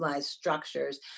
structures